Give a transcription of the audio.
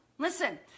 Listen